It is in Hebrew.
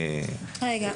דין --- רגע.